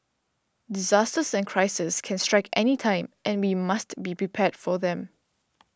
disasters and crises can strike anytime and we must be prepared for them